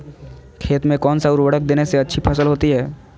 खेत में कौन सा उर्वरक देने से अच्छी फसल होती है?